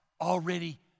already